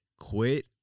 quit